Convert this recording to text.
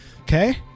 Okay